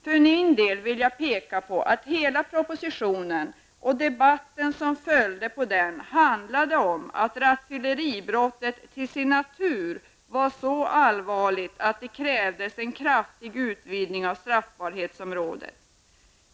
För min del vill jag peka på att hela propositionen och debatten som följde på den handlade om att rattfylleribrottet till sin natur var så allvarligt att det krävdes en kraftig utvidgning av straffbarhetsområdet.